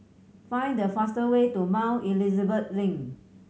find the fastest way to Mount Elizabeth Link